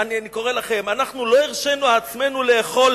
אני קורא לכם: "אנחנו לא הרשינו לעצמנו לאכול